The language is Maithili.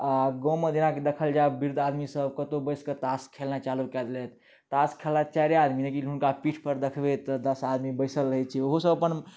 आ गावँ मे जेना कि देखल जाए वृद्ध आदमी सब कतौ बैस कऽ तास खेलनाइ चालू करलैथ तास खेलाइ छथि चारिये आदमी लेकिन हुनका पीठपर देखबै तऽ दस आदमी बैसल रहै छै ओहो सब अपन